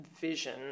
vision